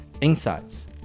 insights